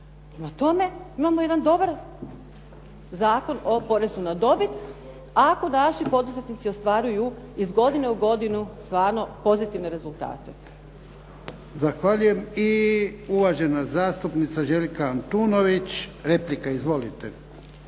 tome, imamo jedan dobar zakon o porezu na dobit, a ako naši poduzetnici ostvaruju iz godine u godinu stvarno pozitivne rezultate. **Jarnjak, Ivan (HDZ)** Zahvaljujem. I uvažena zastupnica Željka Antunović, replika. Izvolite.